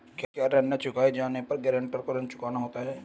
क्या ऋण न चुकाए जाने पर गरेंटर को ऋण चुकाना होता है?